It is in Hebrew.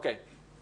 אחר כך.